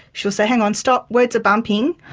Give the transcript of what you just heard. she'll say, hang on, stop, words are bumping,